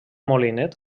molinet